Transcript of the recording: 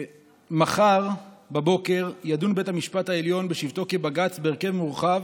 מחר בבוקר ידון בית המשפט העליון בשבתו כבג"ץ בהרכב מורחב